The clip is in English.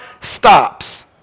stops